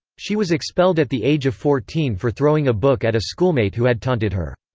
she was expelled at the age of fourteen for throwing a book at a schoolmate who had taunted her.